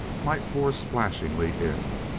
might pour splashingly in,